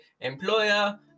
employer